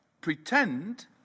pretend